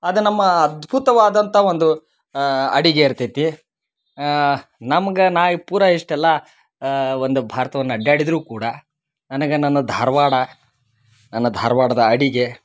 ಅದ ನಮ್ಮ ಅದ್ಭುತವಾದಂಥ ಒಂದು ಅಡಿಗೆ ಇರ್ತೈತಿ ನಮ್ಗೆ ನಾ ಈ ಪೂರ ಇಷ್ಟೆಲ್ಲ ಒಂದು ಭಾರತವನ್ನ ಅಡ್ಯಾಡಿದ್ದರೂ ಕೂಡ ನನಗೆ ನನ್ನ ಧಾರವಾಡ ನನ್ನ ಧಾರವಾಡದ ಅಡಿಗೆ